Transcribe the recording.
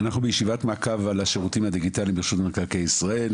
אנחנו בישיבת מעקב על השירות הדיגיטליים ברשות מקרקעי ישראל,